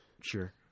Sure